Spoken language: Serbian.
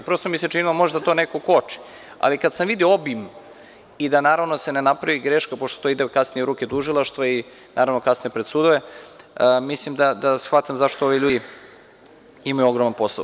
Prosto mi se činilo da to možda neko koči, ali kada sam video obim i da naravno se ne napravi greška, pošto to kasnije ide u ruke tužilaštva i kasnije pred sudove, mislim da shvatam zašto ovi ljudi imaju ogroman posao.